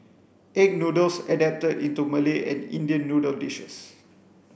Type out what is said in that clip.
egg noodles adapted into Malay and Indian noodle dishes